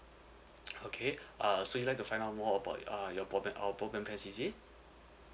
okay uh so you'd like to find out more about uh your broadband our broadband plan is it